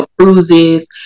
cruises